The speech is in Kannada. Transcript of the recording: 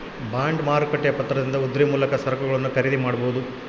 ಬಾಂಡ್ ಮಾರುಕಟ್ಟೆಯ ಪತ್ರದಿಂದ ಉದ್ರಿ ಮೂಲಕ ಸರಕುಗಳನ್ನು ಖರೀದಿ ಮಾಡಬೊದು